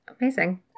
Amazing